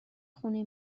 خونه